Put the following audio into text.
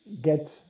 get